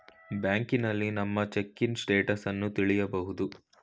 ಬ್ಯಾಂಕ್ನಲ್ಲಿ ನಮ್ಮ ಚೆಕ್ಕಿನ ಸ್ಟೇಟಸನ್ನ ತಿಳಿಬೋದು